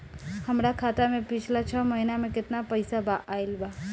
हमरा खाता मे पिछला छह महीना मे केतना पैसा आईल बा?